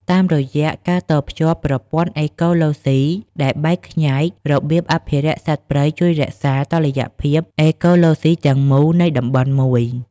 តាមរយៈការតភ្ជាប់ប្រព័ន្ធអេកូឡូស៊ីដែលបែកខ្ញែក របៀងអភិរក្សសត្វព្រៃជួយរក្សា តុល្យភាពអេកូឡូស៊ី ទាំងមូលនៃតំបន់មួយ។